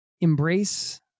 embrace